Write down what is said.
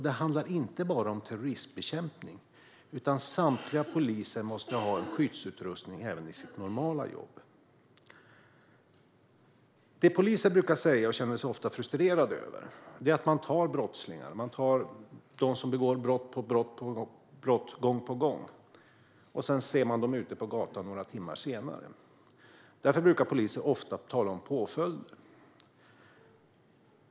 Det handlar inte bara om terroristbekämpning. Samtliga poliser måste ha skyddsutrustning även i sitt normala jobb. Poliser säger ofta att de känner sig frustrerade över att brottslingar - det handlar om personer som begår brott gång på gång - kommer ut på gatan igen bara några timmar efter att de gripits. Därför brukar poliser ofta tala om påföljder.